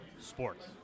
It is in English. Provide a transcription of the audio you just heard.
Sports